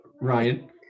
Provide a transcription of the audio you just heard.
Ryan